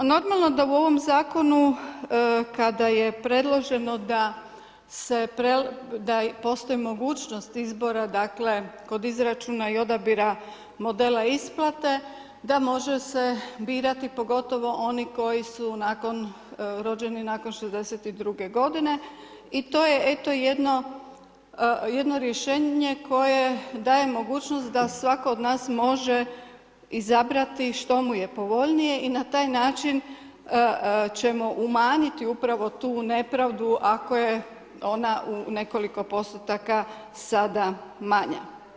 Normalno da u ovom zakonu kada je predloženo, da postoji mogućnost izbora, dakle kod izračuna i odabira modela isplate, da može se birati pogotovo oni koji su rođeni nakon '62. g. i to je eto jedno rješenje koje daje mogućnost da svatko od nas može izabrati što mu je povoljnije i na taj način ćemo umanjiti upravo tu nepravdu, ako je ona u nekoliko postotka sada manja.